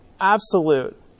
absolute